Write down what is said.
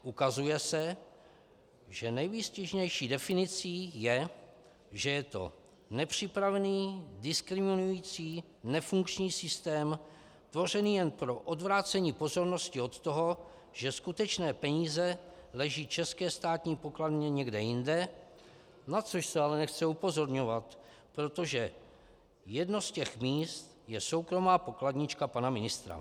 Ukazuje se, že nejvýstižnější definicí je, že je to nepřipravený, diskriminující, nefunkční systém tvořený jen pro odvrácení pozornost od toho, že skutečné peníze leží české státní pokladně někde jinde, na což se ale nechce upozorňovat, protože jedno z těch míst je soukromá pokladnička pana ministra.